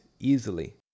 Easily